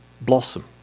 blossom